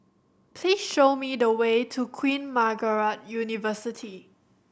please show me the way to Queen Margaret University